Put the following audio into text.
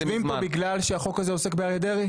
אנחנו יושבים פה בגלל שהחוק הזה עוסק באריה דרעי?